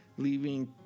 leaving